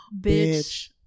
Bitch